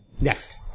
Next